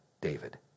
David